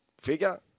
figure